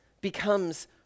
becomes